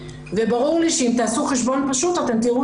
וברור לי שאם תעשו חשבון פשוט אתם תראו